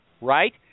right